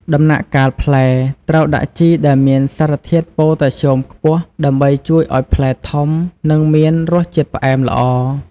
ដំណាក់កាលផ្លែ ត្រូវដាក់ជីដែលមានសារធាតុ ប៉ូតាស្យូមខ្ពស់ ដើម្បីជួយឱ្យផ្លែធំ និងមានរសជាតិផ្អែមល្អ។